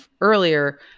earlier